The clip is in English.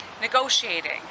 Negotiating